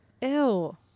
Ew